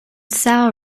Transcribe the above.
sour